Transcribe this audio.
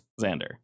Xander